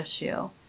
issue